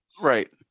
Right